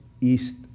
east